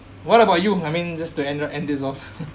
what about you I mean just to end end this off